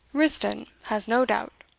riston has no doubt!